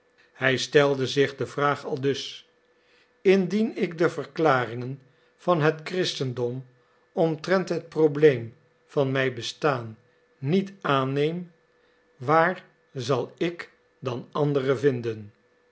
hij stelde zich de vraag aldus indien ik de verklaringen van het christendom omtrent het probleem van mijn bestaan niet aanneem waar zal ik dan andere vinden